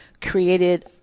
created